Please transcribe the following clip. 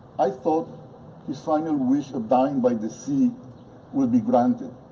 i thought his final wish of dying by the sea would be granted.